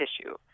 tissue